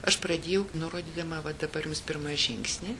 aš pradėjau nurodydama va dabar jums pirmą žingsnį